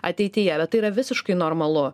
ateityje bet tai yra visiškai normalu